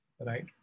right